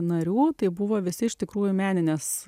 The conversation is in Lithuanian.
narių tai buvo visi iš tikrųjų meninės